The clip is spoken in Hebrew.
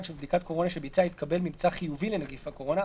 שבבדיקת קורונה שביצע התקבל ממצא חיובי לנגיף הקורונה,